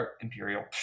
imperial